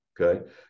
Okay